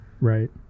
Right